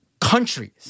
countries